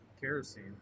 kerosene